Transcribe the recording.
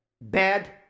bad